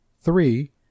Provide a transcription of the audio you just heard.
three